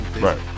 Right